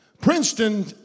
Princeton